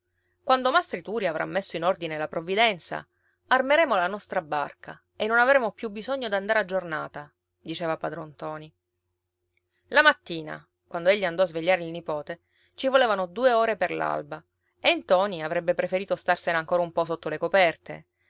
quando mastro turi avrà messo in ordine la provvidenza armeremo la nostra barca e non avremo più bisogno d'andare a giornata diceva padron ntoni la mattina quando egli andò a svegliare il nipote ci volevano due ore per l'alba e ntoni avrebbe preferito starsene ancora un po sotto le coperte